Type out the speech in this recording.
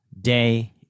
day